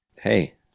Hey